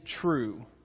true